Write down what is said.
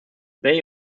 bay